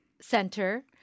center